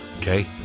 Okay